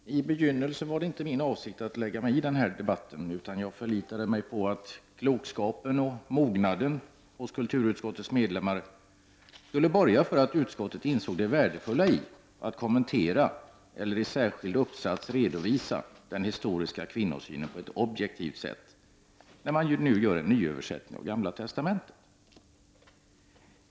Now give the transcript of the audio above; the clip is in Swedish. Fru talman! I begynnelsen var det inte min avsikt att lägga mig i denna debatt, utan jag förlitade mig på att klokskapen och mognaden hos kulturutskottets medlemmar skulle borga för att utskottet insåg det värdefulla i att kommentera -— eller i särskild uppsats redovisa — den historiska kvinnosynen på ett objektivt sätt, när man nu gör en nyöversättning av Gamla testamentet.